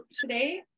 today